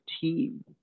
team